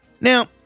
Now